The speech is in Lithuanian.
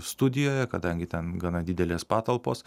studijoje kadangi ten gana didelės patalpos